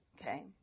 Okay